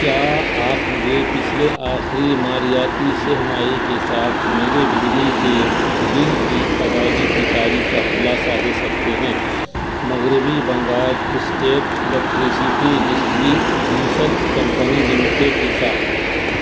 کیا آپ مجھے پچھلے آخری مالیاتی سہ ماہی کے ساتھ میرے بجلی کے بل کی ادائیگی کی تاریخ کا خلاصہ دے سکتے ہیں مغربی Bengal state electricity distribution company limited کے ساتھ